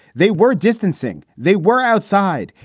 they were distancing. they were outside.